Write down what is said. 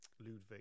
Ludwig